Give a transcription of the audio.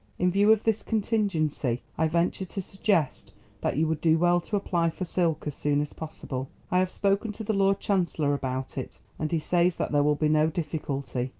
in view of this contingency i venture to suggest that you would do well to apply for silk as soon as possible. i have spoken to the lord chancellor about it, and he says that there will be no difficulty,